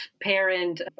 parent